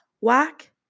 Whack